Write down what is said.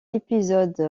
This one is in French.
épisode